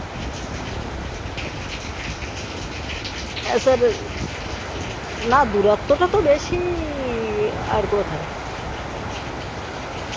হ্যাঁ স্যার না দূরত্বটা তো বেশি আর কোথায়